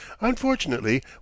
unfortunately